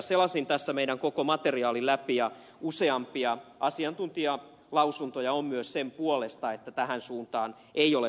selasin tässä koko meidän materiaalimme läpi ja useampia asiantuntijalausuntoja on myös sen puolesta että tähän suuntaan ei ole perusteltua mennä